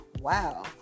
wow